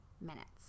minutes